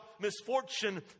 misfortune